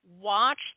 watch